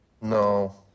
No